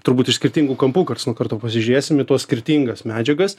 turbūt iš skirtingų kampų karts nuo karto pasižiūrėsim į tuos skirtingas medžiagas